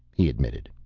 he admitted,